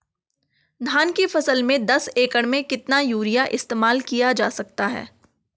धान की फसल में दस एकड़ में कितना यूरिया इस्तेमाल किया जा सकता है?